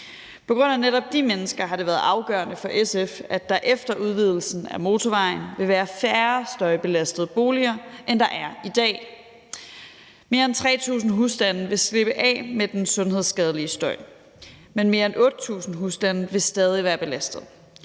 På grund af netop de mennesker har det været afgørende for SF, at der efter udvidelsen af motorvejen vil være færre støjbelastede boliger, end der er i dag. Mere end 3.000 husstande vil slippe af med den sundhedsskadelige støj, men mere end 8.000 husstande vil stadig være belastet.